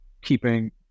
keeping